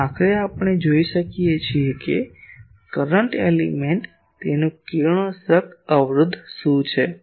અને આખરે આપણે જોઈ શકીએ કે કરંટ એલિમેન્ટ તેનું કિરણોત્સર્ગ અવરોધ શું છે